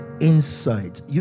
insight